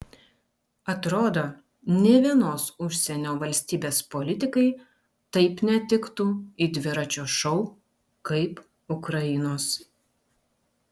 atrodo nė vienos užsienio valstybės politikai taip netiktų į dviračio šou kaip ukrainos